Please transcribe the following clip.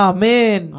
Amen